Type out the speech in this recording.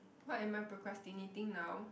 what am I procrastinating now